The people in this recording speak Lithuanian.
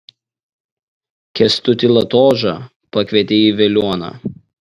kęstutį latožą pakvietė į veliuoną